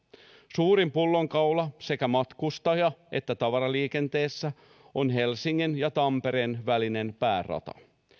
suurin pullonkaula sekä matkustaja että tavaraliikenteessä on helsingin ja tampereen välinen päärata